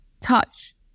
touch